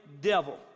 devil